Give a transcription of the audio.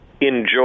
Enjoy